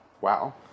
Wow